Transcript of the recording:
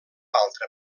altre